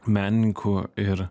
menininku ir